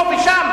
פה ושם,